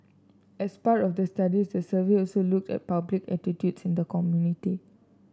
as part of the study the survey also looked at public attitudes in the community